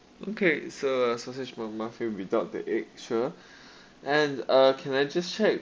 okay so uh sausage mac muffin without the egg sure and uh can I just check